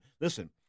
Listen